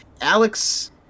Alex